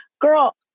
Girl